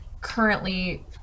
currently